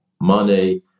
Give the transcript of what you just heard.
money